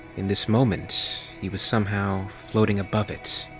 in this moment, he was somehow floating above it,